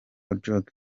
ojok